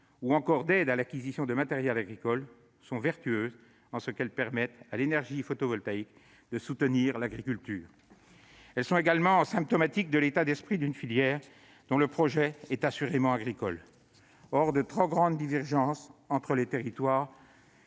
ou encore d'aides à l'acquisition de matériel agricole, sont vertueuses en ce qu'elles permettent à l'énergie photovoltaïque de soutenir l'agriculture. Elles sont également symptomatiques de l'état d'esprit d'une filière dont le projet est assurément agricole. Or il subsiste de trop grandes divergences entre les territoires